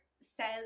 says